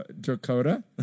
Dakota